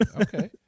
Okay